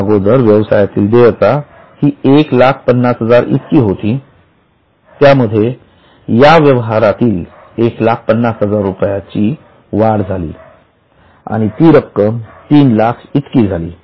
याअगोदर व्यवसायातील देयता हि १५०००० इतकी होती त्यामध्ये याव्यवहारातील १५०००० इतकी वाढ झाली आणि ती रक्कम ३००००० इतकी झाली